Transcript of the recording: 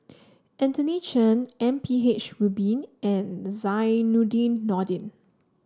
Anthony Chen M P H Rubin and Zainudin Nordin